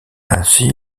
ainsi